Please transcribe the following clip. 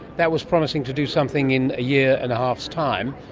that was promising to do something in a year-and-a-half's time,